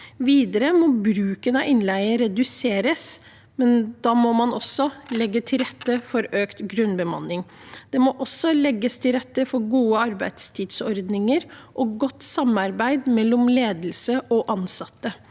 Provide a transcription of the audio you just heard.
Videre må bruken av innleie reduseres, men da må man også legge til rette for økt grunnbemanning. Det må også legges til rette for gode arbeidstidsordninger og godt samarbeid mellom ledelse og ansatte.